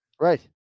Right